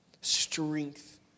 strength